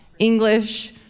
English